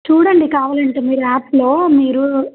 చూడండి కావాలంటే మీరు యాప్లో మీరు